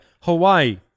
Hawaii